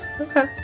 okay